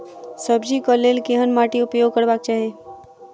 सब्जी कऽ लेल केहन माटि उपयोग करबाक चाहि?